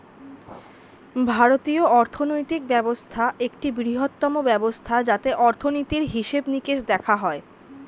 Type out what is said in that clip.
ভারতীয় অর্থনৈতিক ব্যবস্থা একটি বৃহত্তম ব্যবস্থা যাতে অর্থনীতির হিসেবে নিকেশ দেখা হয়